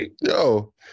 yo